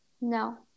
No